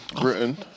britain